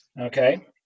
Okay